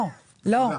לא, לא.